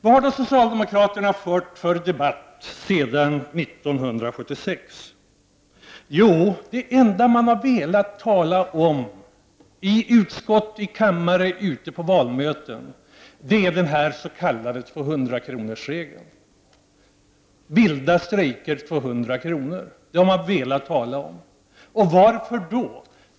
Vad har då socialdemokraterna fört för en debatt sedan 1976? Jo, det enda man har velat tala om i utskottet, här i kammaren eller ute på valmöten är den s.k. 200-kronorsregeln. Vilda strejker — 200 kronor, det har man velat tala om. Varför?